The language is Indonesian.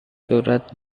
surat